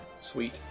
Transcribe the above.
Sweet